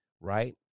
right